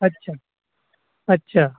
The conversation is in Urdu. اچھا اچھا